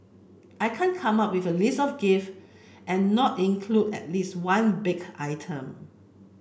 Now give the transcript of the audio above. I can't come up with a list of gifts and not include at least one baked item